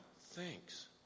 thanks